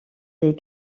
les